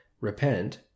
repent